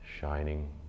shining